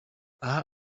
aha